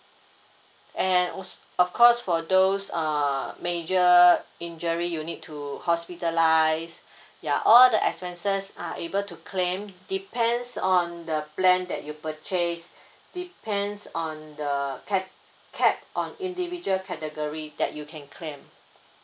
and also of course for those uh major injury you need to hospitalise ya all the expenses are able to claim depends on the plan that you purchase depends on the cap cap on individual category that you can claim